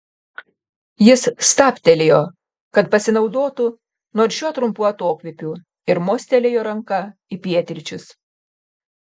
jis stabtelėjo kad pasinaudotų nors šiuo trumpu atokvėpiu ir mostelėjo ranka į pietryčius